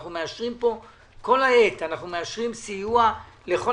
אנחנו כל הזמן מאשרים כאן סיוע לכל